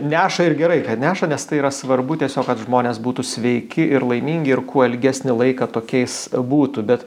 neša ir gerai kad neša nes tai yra svarbu tiesiog kad žmonės būtų sveiki ir laimingi ir kuo ilgesnį laiką tokiais būtų bet